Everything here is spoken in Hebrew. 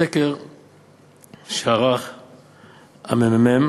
סקר שערך הממ"מ,